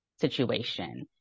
situation